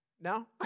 No